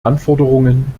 anforderungen